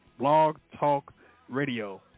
blogtalkradio